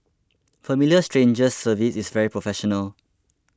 Familiar Strangers service is very professional